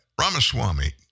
Ramaswamy